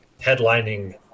headlining